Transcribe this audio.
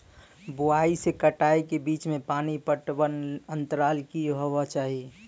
बुआई से कटाई के बीच मे पानि पटबनक अन्तराल की हेबाक चाही?